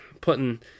putting